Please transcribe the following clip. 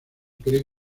cree